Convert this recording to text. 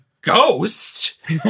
ghost